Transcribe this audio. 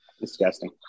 Disgusting